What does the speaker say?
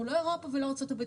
אנחנו לא אירופה ולא ארצות הברית,